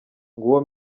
nguwo